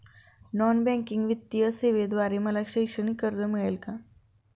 Non banking वित्तीय सेवेद्वारे मला शैक्षणिक कर्ज मिळेल का?